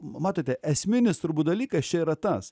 matote esminis turbūt dalykas čia yra tas